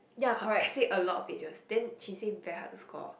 her essay a lot of pages then she say very hard to score